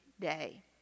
day